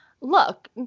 look